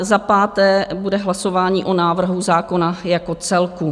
Za páté bude hlasování o návrhu zákona jako celku.